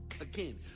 Again